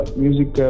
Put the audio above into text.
music